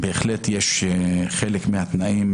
אנחנו בהחלט מסכימים לחלק מהתנאים.